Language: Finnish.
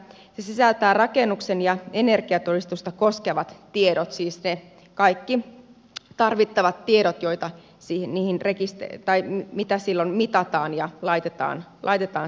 se sisältää rakennusta ja energiatodistusta koskevat tiedot siis ne kaikki tarvittavat tiedot joita sille niin rekisteri tai mitä silloin mitataan ja laitetaan täytäntöön